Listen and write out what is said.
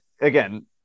again